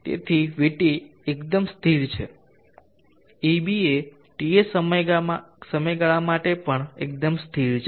તેથી Vt એકદમ સ્થિર છે eb એ Ts સમયગાળા માટે પણ એકદમ સ્થિર છે